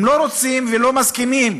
הם לא רוצים ולא מסכימים